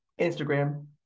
instagram